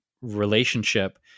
relationship